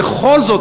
בכל זאת,